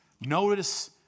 Notice